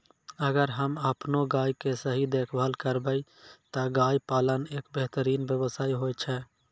अगर हमॅ आपनो गाय के सही देखभाल करबै त गाय पालन एक बेहतरीन व्यवसाय होय छै